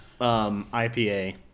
IPA